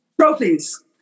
Trophies